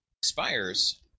expires